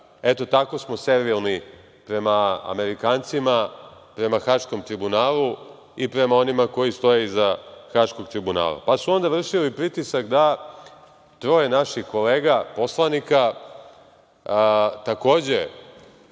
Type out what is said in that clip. Eto, tako smo servijalni prema Amerikancima, prema Haškom tribunalu i prema onima koji stoje iza Haškog tribunala. Onda su vršili pritisak da troje naših kolega poslanika, takođe,